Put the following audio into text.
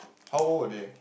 how old are they